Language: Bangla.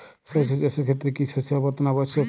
সরিষা চাষের ক্ষেত্রে কি শস্য আবর্তন আবশ্যক?